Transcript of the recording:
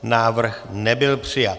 Návrh nebyl přijat.